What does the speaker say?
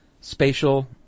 spatial